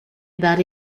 about